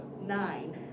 Nine